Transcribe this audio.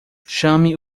chame